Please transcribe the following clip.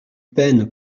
peine